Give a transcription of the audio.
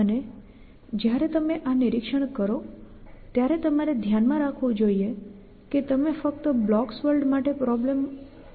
અને જ્યારે તમે આ નિરીક્ષણ કરો ત્યારે તમારે ધ્યાનમાં રાખવું જોઇએ કે તમે ફક્ત બ્લોક્સ વર્લ્ડ માટે પ્રોબ્લેમ હલ નથી કરી રહ્યા